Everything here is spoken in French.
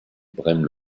braine